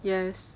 yes